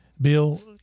Bill